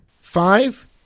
Five